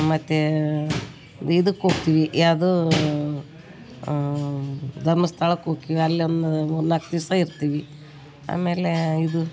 ಮತ್ತು ಇದಕ್ಕೆ ಹೋಗ್ತೀವಿ ಯಾವುದೂ ಧರ್ಮಸ್ಥಳಕ್ ಹೋಕಿವಿ ಅಲ್ಲೊಂದ್ ಮೂರುನಾಲ್ಕು ದಿಸ ಇರ್ತೀವಿ ಆಮೇಲೇ ಇದು